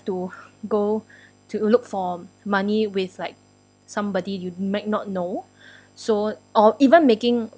to go to look for money with like somebody you might not know so or even making